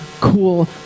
cool